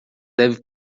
deve